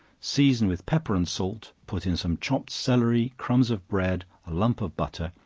season with pepper and salt, put in some chopped celery, crumbs of bread, a lump of butter,